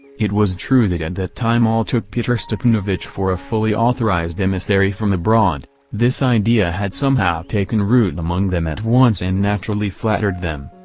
it was true that at that time all took pyotr stepanovitch for a fully authorized emissary from abroad this idea had somehow taken root among them at once and naturally flattered them.